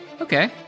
Okay